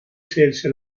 scelse